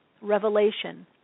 revelation